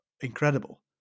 incredible